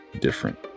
different